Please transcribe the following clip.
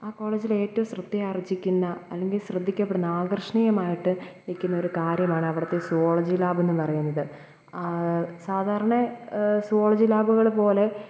ആ കോളേജിലേറ്റവും ശ്രദ്ധയാർജ്ജിക്കുന്ന അല്ലെങ്കിൽ ശ്രദ്ധിക്കപ്പെടുന്ന ആകർഷണീയമായിട്ട് നിൽക്കുന്നൊരു കാര്യമാണ് അവിടുത്തെ സുവോളജി ലാബെന്നു പറയുന്നത് സാധാരണ സുവോളജി ലാബുകൾ പോലെ